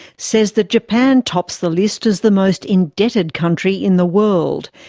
says that japan tops the list as the most indebted country in the world.